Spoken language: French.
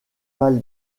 pal